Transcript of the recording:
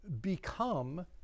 become